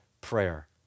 prayer